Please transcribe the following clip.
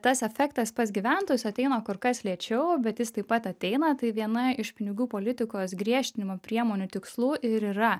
tas efektas pas gyventojus ateina kur kas lėčiau bet jis taip pat ateina tai viena iš pinigų politikos griežtinimo priemonių tikslų ir yra